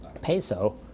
peso